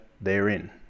Therein